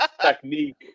technique